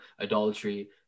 idolatry